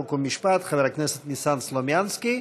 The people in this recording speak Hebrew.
חוק ומשפט חבר הכנסת ניסן סלומינסקי.